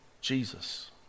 Jesus